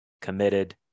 committed